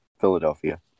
Philadelphia